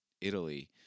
Italy